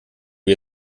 wie